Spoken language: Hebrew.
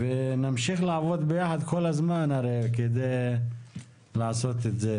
ונמשיך לעבוד ביחד כל הזמן כדי לעשות את זה.